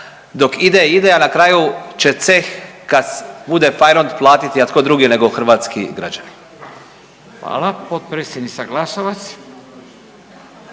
dok ide, ide, a na kraju će ceh, kad bude fajrunt, platiti, a tko drugi nego hrvatski građani. Zahvaljujem kolegice.